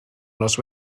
nos